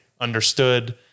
understood